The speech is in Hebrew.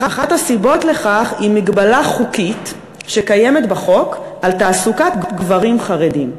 אחת הסיבת לכך היא מגבלה חוקית שקיימת בחוק על תעסוקת גברים חרדים.